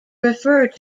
refer